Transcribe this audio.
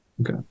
okay